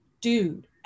dude